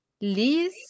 Liz